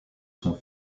son